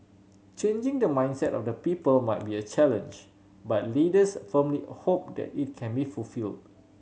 changing the mindset of the people might be a challenge but leaders firmly hope that it can be fulfilled